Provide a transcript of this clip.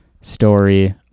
story